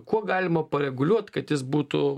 kuo galima pareguliuot kad jis būtų